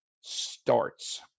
starts